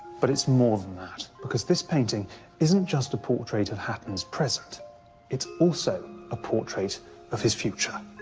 but it's more than that, because this painting isn't just a portrait of hatton's present it's also a portrait of his future.